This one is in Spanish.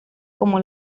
como